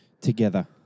Together